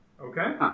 okay